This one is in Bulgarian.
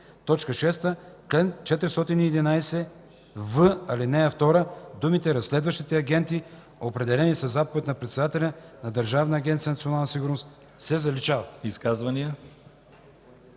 6. В чл. 411в, ал. 2 думите „разследващите агенти, определени със заповед на председателя на Държавна агенция „Национална сигурност” се заличават.”